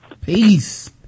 Peace